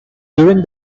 during